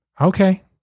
Okay